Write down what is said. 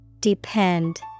Depend